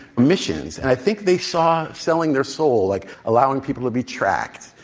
missions. and i think they saw selling their soul, like allowing people to be tracked,